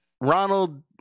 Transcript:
Ronald